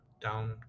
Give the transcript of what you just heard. down